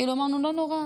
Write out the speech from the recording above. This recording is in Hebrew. אמרנו, לא נורא,